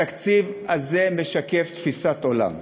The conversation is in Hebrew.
התקציב הזה משקף תפיסת עולם,